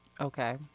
Okay